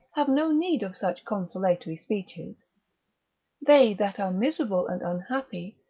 have no need of such consolatory speeches they that are miserable and unhappy,